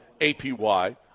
APY